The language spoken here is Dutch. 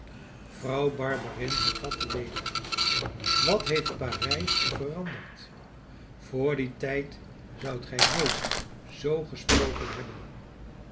vrouw barberin hervatte weder wat heeft parijs u veranderd vr dien tijd zoudt gij nooit zoo gesproken hebben